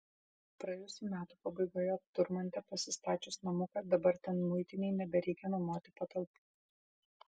praėjusių metų pabaigoje turmante pasistačius namuką dabar ten muitinei nebereikia nuomoti patalpų